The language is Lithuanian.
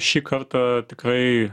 šį kartą tikrai